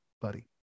buddy